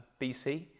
BC